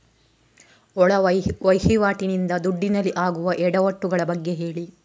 ಒಳ ವಹಿವಾಟಿ ನಿಂದ ದುಡ್ಡಿನಲ್ಲಿ ಆಗುವ ಎಡವಟ್ಟು ಗಳ ಬಗ್ಗೆ ಹೇಳಿ